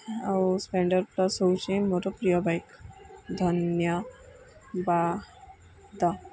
ଆଉ Splendor plus ହେଉଛି ମୋର ପ୍ରିୟ ବାଇକ୍ ଧନ୍ୟବାଦ